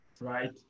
right